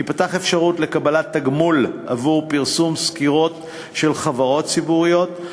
תיפתח אפשרות לקבלת תגמול עבור פרסום סקירות על חברות ציבוריות,